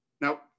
Now